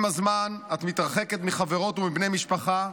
עם הזמן את מתרחקת מחברות ומבני משפחה,